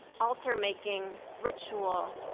alter making, ritual,